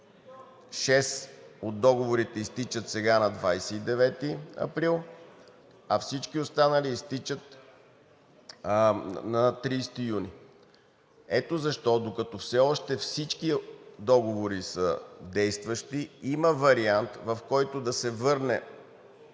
от договорите изтичат сега на 29 април, а всички останали изтичат на 30 юни. Ето защо, докато все още всички договори са действащи, има вариант, в който да се върне